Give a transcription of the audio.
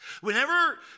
Whenever